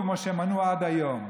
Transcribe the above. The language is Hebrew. כמו שהם מנעו עד היום,